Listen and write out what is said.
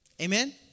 Amen